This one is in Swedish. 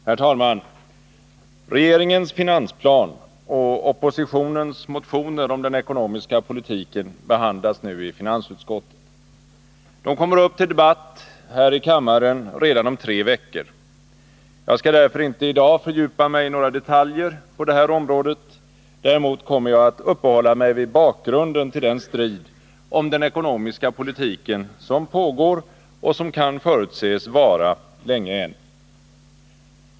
Herr talman! Regeringens finansplan och oppositionens motioner om den ekonomiska politiken behandlas nu i finansutskottet. De kommer upp till debatt här i kammaren redan om tre veckor. Jag skall därför inte i dag fördjupa mig i några detaljer på det här området. Däremot kommer jag att uppehålla mig vid bakgrunden till den strid om den ekonomiska politiken som pågår och som kan förutses vara länge än.